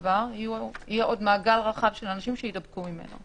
יהיה עוד מעגל רחב של אנשים שיידבקו ממנו.